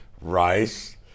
rice